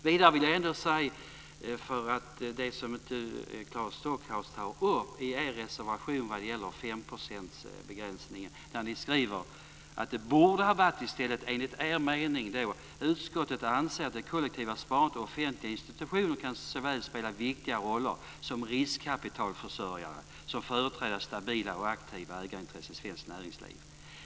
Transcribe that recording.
Claes Stockhaus tar här upp femprocentsbegränsningen i er reservation. Enligt er mening borde det stå att utskottet anser att det kollektiva sparandet och offentliga institutioner kan spela såväl viktiga roller som riskkapitalförsörjare som företräda stabila och aktiva ägarintressen i svenskt näringsliv.